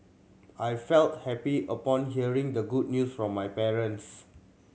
I felt happy upon hearing the good news from my parents